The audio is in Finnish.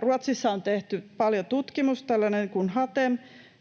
Ruotsissa on tehty paljon tutkimusta. On tällainen kuin Hatem